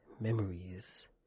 Memories